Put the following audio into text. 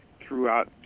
throughout